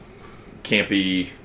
campy